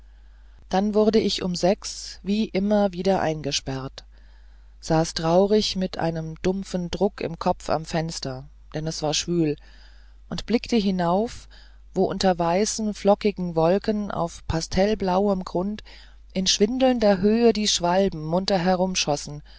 dann wurde ich um wie immer wieder eingesperrt saß traurig mit einem dumpfen druck im kopf am fenster denn es war schwül und blickte hinauf wo unter weißen flockigen wolken auf pastellblauem grund in schwindelnder höhe die schwalben munter